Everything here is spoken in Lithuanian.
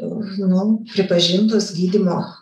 nu pripažintos gydymo